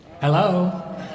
Hello